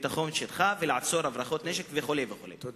בשטחה ולעצור הברחות נשק וכו' וכו'.